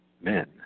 men